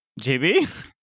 JB